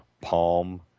Palm